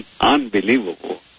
unbelievable